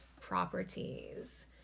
properties